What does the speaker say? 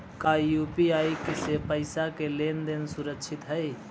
का यू.पी.आई से पईसा के लेन देन सुरक्षित हई?